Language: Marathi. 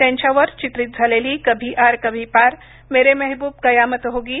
त्यांच्या वर चित्रित झालेली कभी आर कभी पार मेरे मेहबूब कयामत होगी